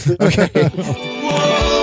okay